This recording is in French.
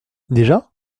déjà